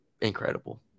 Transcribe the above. incredible